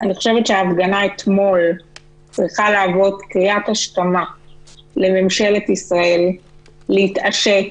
אני חושבת שההפגנה אתמול צריכה להוות קריאת השכמה לממשלת ישראל להתעשת,